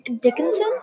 Dickinson